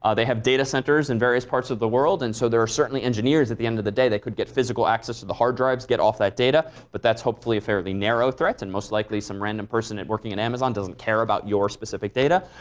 they have data centers in various parts of the world and so there are certainly engineers at the end of the day that could get physical access to the hard drives, get off that data, but that's hopefully a fairly narrow threat and most likely some random person working at amazon doesn't care about your specific data.